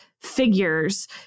figures